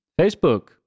Facebook